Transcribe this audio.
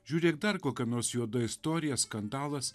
žiūrėk dar kokia nors juoda istorija skandalas